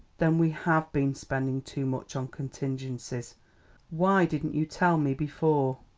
then we have been spending too much on contingencies why didn't you tell me before?